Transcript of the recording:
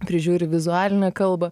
prižiūri vizualinę kalbą